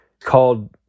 called